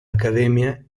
academia